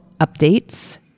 updates